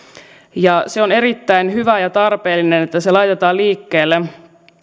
ja on erittäin hyvä ja tarpeellista että se laitetaan liikkeelle